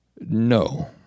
No